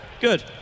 Good